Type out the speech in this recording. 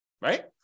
Right